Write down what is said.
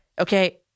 Okay